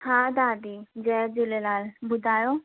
हा दादी जय झूलेलाल ॿुधायो